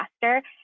faster